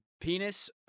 penis